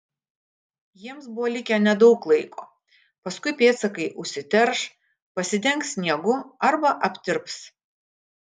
jiems buvo likę nedaug laiko paskui pėdsakai užsiterš pasidengs sniegu arba aptirps